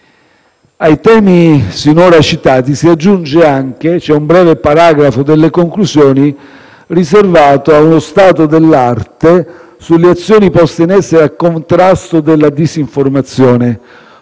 Ai temi sinora citati, si aggiunge anche un breve paragrafo, nelle conclusioni, riservato ad uno stato dell'arte sulle azioni poste in essere a contrasto della disinformazione,